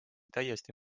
täiesti